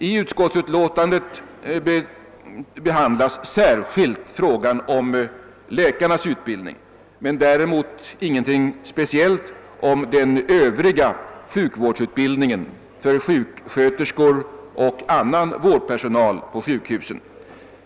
I utskottsutlåtandet behandlas särskilt frågan om läkarnas utbildning; däremot skrivs ingenting speciellt om den övriga sjukvårdsutbildningen, för sjuksköterskor och annan vårdpersonal på sjukhusen.